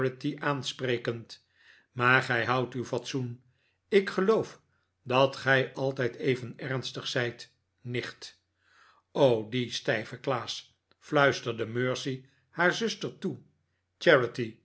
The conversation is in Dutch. aansprekend maar gij houdt uw fatsoen ik geloof dat gij altijd even ernstig zijt nicht t o die stijve klaas fluisterde mercy haar zuster toe